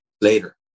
later